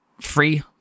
free